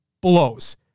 blows